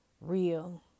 real